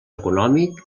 econòmic